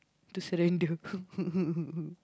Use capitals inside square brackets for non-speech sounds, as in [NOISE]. to surrender [LAUGHS]